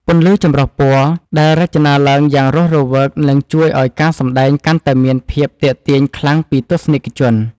ពន្លឺចម្រុះពណ៌ដែលរចនាឡើងយ៉ាងរស់រវើកនឹងជួយឱ្យការសម្ដែងកាន់តែមានភាពទាក់ទាញខ្លាំងពីទស្សនិកជន។